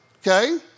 Okay